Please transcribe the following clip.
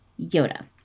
Yoda